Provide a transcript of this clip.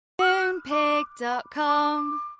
Moonpig.com